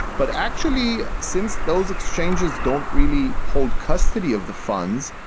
but actually since those exchanges don't really hold custody of the funds,